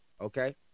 Okay